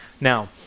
Now